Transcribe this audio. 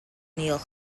neil